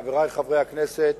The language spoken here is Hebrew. חברי חברי הכנסת,